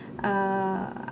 err